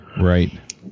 Right